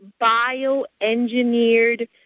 bioengineered